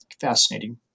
fascinating